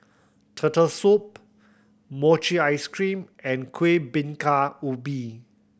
Turtle Soup mochi ice cream and Kueh Bingka Ubi